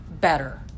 better